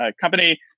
company